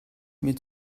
mir